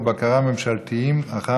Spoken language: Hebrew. בנושא: חשש כבד מהיעדר פיקוח ובקרה ממשלתיים אחר